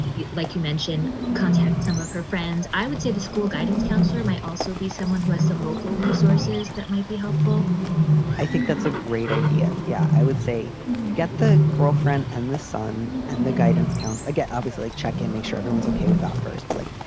like you mention, contact some of her friends. i would say the school guidance counselor might also be someone who has some local resources that might be helpful i think that's a great idea. yeah, i would say get the girlfriend and the son and the guidance counselor. i get obviously like check and make sure everyone's okay with that first. but like,